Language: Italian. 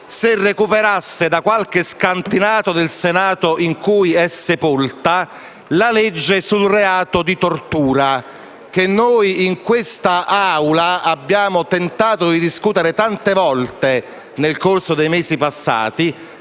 se recuperasse da qualche scantinato del Senato in cui è sepolto il disegno di legge sul reato di tortura, che in quest'Aula abbiamo tentato di discutere tante volte nel corso dei mesi passati.